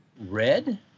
Red